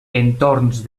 entorns